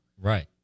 right